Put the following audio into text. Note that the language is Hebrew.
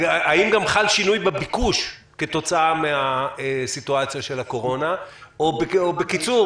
האם גם חל שינוי בביקוש כתוצאה מהסיטואציה של הקורונה או בקיצור